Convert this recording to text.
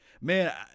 man